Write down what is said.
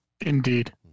Indeed